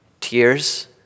Tears